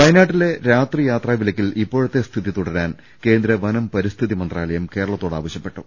വയനാട്ടിലെ രാത്രിയാത്രാ വിലക്കിൽ ഇപ്പോഴത്തെ സ്ഥിതി തുട രാൻ കേന്ദ്ര വനം പരിസ്ഥിതി മന്ത്രാലയം കേരളത്തോട് ആവശ്യപ്പെട്ടു